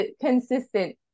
consistent